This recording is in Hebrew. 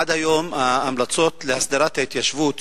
עד היום, ההמלצות להסדר ההתיישבות